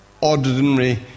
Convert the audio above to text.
Ordinary